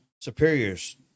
superiors